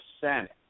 Senate